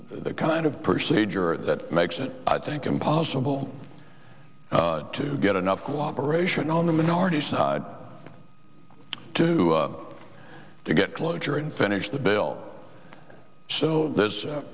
the kind of procedure that makes it i think impossible to get enough cooperation on the minority side to to get closure and finish the bill so there's a